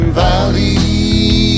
valley